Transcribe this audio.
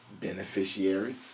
Beneficiary